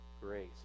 grace